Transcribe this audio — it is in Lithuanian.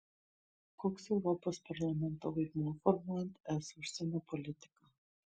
koks europos parlamento vaidmuo formuojant es užsienio politiką